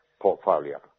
portfolio